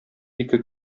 ике